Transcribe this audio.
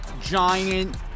giant